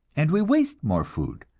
and we waste more food,